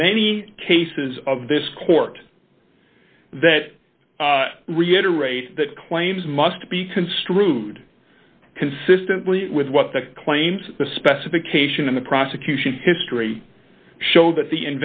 many cases of this court that reiterate that claims must be construed consistently with what the claims the specification and the prosecution history show that the